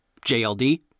JLD